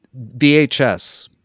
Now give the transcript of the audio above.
VHS